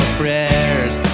prayers